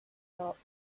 thought